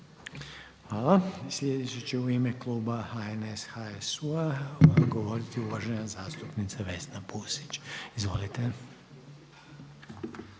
Hvala. I sljedeći u ime kluba HNS, HSU-a govoriti uvažena zastupnica Vesna Pusić. Izvolite.